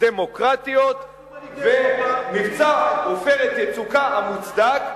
דמוקרטיות ומבצע "עופרת יצוקה" המוצדק,